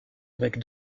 avec